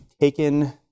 taken